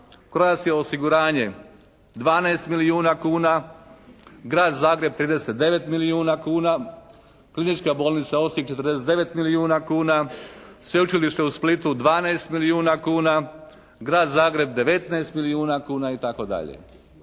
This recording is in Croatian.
Croatia osiguranje 12 milijuna kuna, Grad Zagreb 39 milijuna kuna, Klinička bolnica Osijek 49 milijuna kuna, Sveučilište u Splitu 12 milijuna kuna, Grad Zagreb 19 milijuna kuna i